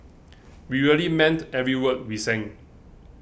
we really meant every word we sang